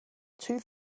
two